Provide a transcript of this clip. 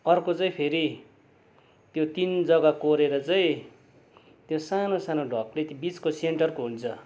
अर्को चाहिँ फेरि त्यो तिन जग्गा कोरेर चाहिँ त्यो सानो सानो ढकले त्यो बिचको सेन्टरको हुन्छ